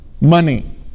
money